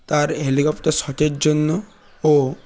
তার হেলিকপ্টার শটের জন্য ও